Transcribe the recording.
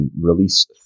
Release